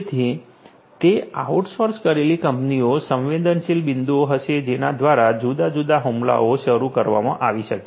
તેથી તે આઉટસોર્સ કરેલી કંપનીઓ સંવેદનશીલ બિંદુઓ હશે જેના દ્વારા જુદા જુદા હુમલાઓ શરૂ કરવામાં આવી શકે